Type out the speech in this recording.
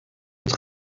het